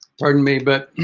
pardon me but